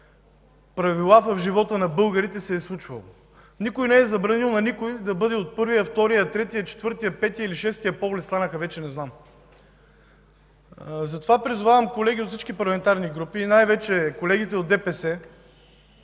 правила в живота на българите?! Никой на никого не е забранил да бъде от първия, втория, третия, четвъртия, петия или шестия пол ли станаха вече – не знам. Призовавам колегите от всички парламентарни групи и най-вече колегите от ДПС,